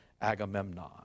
Agamemnon